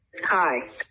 hi